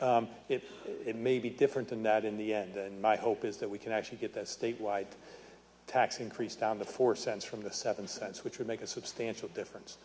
increase it may be different and that in the end my hope is that we can actually get this statewide tax increase down to four cents from the seven cents which would make a substantial difference